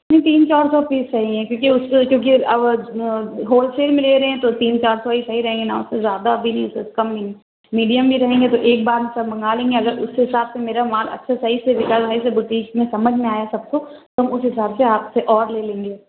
یہی تین چار سو پیس چاہئیں کیونکہ اُس سے کیوں کہ ہول سیل میں لے رہے ہیں تو تین چار سو ہی صحیح رہیں گے نا کوئی زیادہ بھی نہیں تو کم بھی نہیں میڈیم میں رہیں گے تو ایک بار سب منگا لیں گے اگر اُس حساب سے میرا مال اچھے صحیح سے بھکا بوٹیک سمجھ میں آیا سب کو تو ہم اُس حساب سے آپ سے اور لے لیں گے